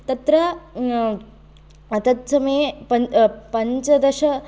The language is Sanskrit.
तत्र तत्समये पञ् पञ्चदश